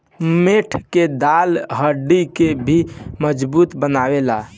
मोठ के दाल हड्डी के भी मजबूत बनावेला